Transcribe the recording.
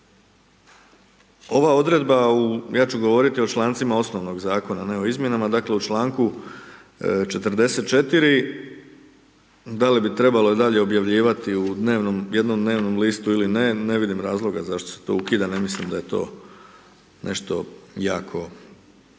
ova odredba u, ja ću govoriti o člancima osnovnog zakona, ne o izmjenama, dakle u članku 44. da li bi trebalo i dalje objavljivati u jednom dnevnom listu ili ne, ne vidim razloga zašto se to ukida, ne mislim da je to nešto što